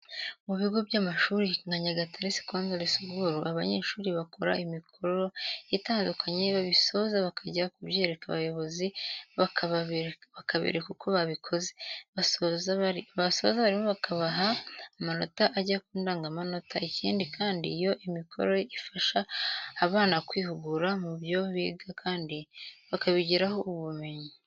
Mu bigo by'amashuri nka Nyagatare secondary school abanyeshuri bakora imikoro itandukanye babisoza bakajya kubyereka abayobozi bakabereka uko babikoze, basoza abarimu bakabaha amanota ajya kundangamanota ikindi Kandi iyo mikoro ifasha abana kwihugura mu byo biga kandi bakagiraho n'ubumenyi.